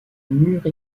mûre